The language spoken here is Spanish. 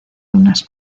dunas